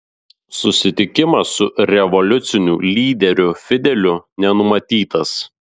susitikimas su revoliuciniu lyderiu fideliu nenumatytas